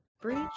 breach